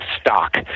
Stock